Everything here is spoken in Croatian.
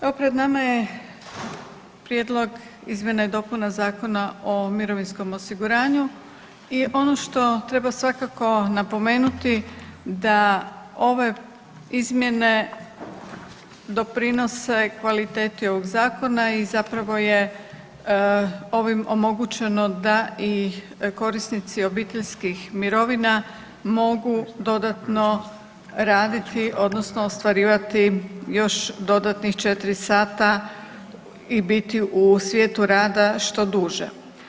Evo pred nama je Prijedlog izmjena i dopuna Zakona o mirovinskom osiguranju i ono što treba svakako napomenuti da ove izmjene doprinose kvaliteti ovog zakona i zapravo je ovim omogućeno da i korisnici obiteljskih mirovina mogu dodatno raditi odnosno ostvarivati još dodatnih 4 sata i biti u svijetu rada što duže.